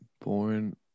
Born